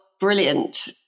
brilliant